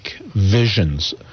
visions